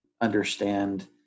understand